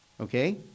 Okay